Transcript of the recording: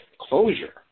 closure